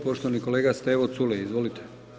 Poštovani kolega Stevo Culej, izvolite.